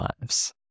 lives